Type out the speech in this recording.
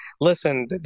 listen